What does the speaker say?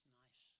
nice